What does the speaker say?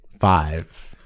five